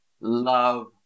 love